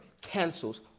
cancels